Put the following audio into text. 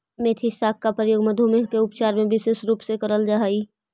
मेथी साग का प्रयोग मधुमेह के उपचार में विशेष रूप से करल जा हई